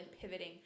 pivoting